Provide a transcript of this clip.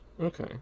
Okay